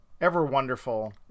ever-wonderful